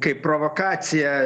kaip provokaciją